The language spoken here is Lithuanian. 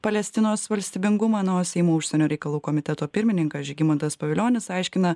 palestinos valstybingumą na o seimų užsienio reikalų komiteto pirmininkas žygimantas pavilionis aiškina